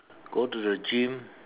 go to the gym